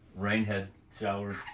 rain head shower.